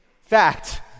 Fact